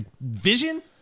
vision